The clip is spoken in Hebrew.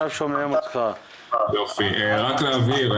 רק להבהיר,